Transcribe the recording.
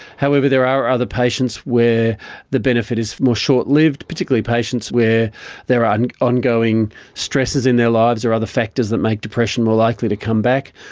however, there are other patients were the benefit is more short-lived, particularly patients where there are ongoing stresses in their lives or other factors that make depression more likely to come back.